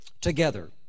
together